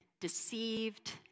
deceived